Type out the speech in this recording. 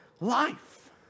life